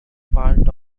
part